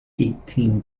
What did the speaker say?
eighteen